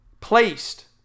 placed